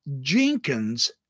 Jenkins